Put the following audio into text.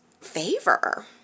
favor